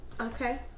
Okay